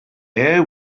air